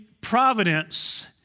providence